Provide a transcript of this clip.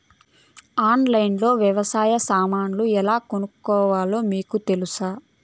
ఆన్లైన్లో లో వ్యవసాయ సామాన్లు ఎలా కొనుక్కోవాలో మీకు తెలుసా?